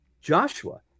Joshua